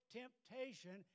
temptation